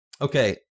Okay